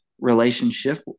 relationship